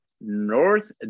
North